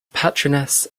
patroness